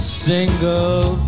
single